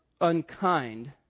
unkind